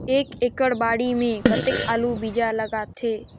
एक एकड़ बाड़ी मे कतेक आलू बीजा लगथे?